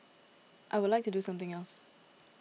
I would like to do something else